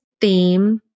theme